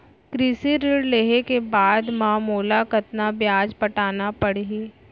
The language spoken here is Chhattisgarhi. कृषि ऋण लेहे के बाद म मोला कतना ब्याज पटाना पड़ही?